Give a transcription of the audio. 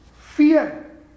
fear